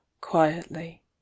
quietly